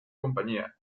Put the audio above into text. compañía